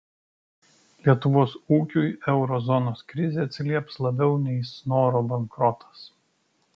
lietuvos ūkiui euro zonos krizė atsilieps labiau nei snoro bankrotas